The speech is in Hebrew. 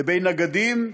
לבין נגדים,